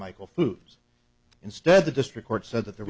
michael foods instead the district court said that the